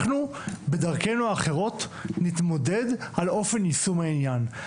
אנחנו בדרכינו האחרות נתמודד על אופן יישום העניין,